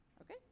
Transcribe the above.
Okay